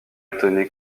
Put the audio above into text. étonné